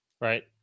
Right